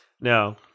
No